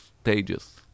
stages